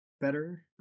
better